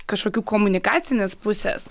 kažkokių komunikacinės pusės